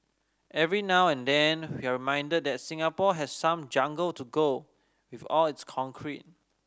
every now and then we're reminded that Singapore has some jungle to go with all its concrete